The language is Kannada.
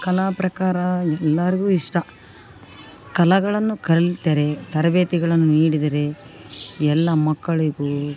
ಕಲಾ ಪ್ರಕಾರ ಎಲ್ಲರಿಗು ಇಷ್ಟ ಕಲೆಗಳನ್ನು ಕಲಿತರೆ ತರಬೇತಿಗಳನ್ನು ನೀಡಿದರೆ ಎಲ್ಲ ಮಕ್ಕಳಿಗೂ